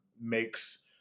makes